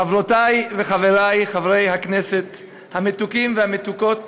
חברי וחברותי חברי הכנסת המתוקים והמתוקות